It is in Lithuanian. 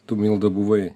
tu milda buvai